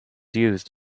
used